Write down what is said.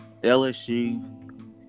LSU